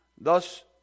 Thus